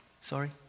Sorry